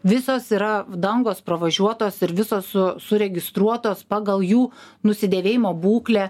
visos yra dangos pravažiuotos ir visos su suregistruotos pagal jų nusidėvėjimo būklę